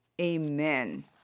Amen